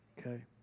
Okay